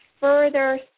further